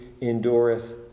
endureth